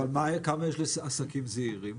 אבל כמה יש לעסקים זעירים?